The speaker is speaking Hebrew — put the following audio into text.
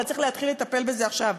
אבל צריך להתחיל לטפל בזה עכשיו.